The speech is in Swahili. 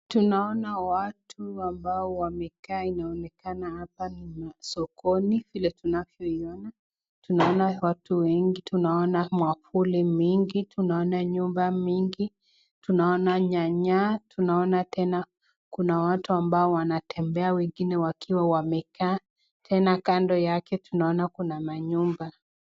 Tunaona watu ambao wamekaa inaonekana hapa ni sokoni vile tunavyoiona, tunaona watu wengi, tunaona mwavuli mingi, tunaona nyumba mingi, tunaona nyanya, tunaona tena kuna watu ambao wanatembea ,wengine wakiwa wamekaa, tena kando yake tunaona kuna manyumba.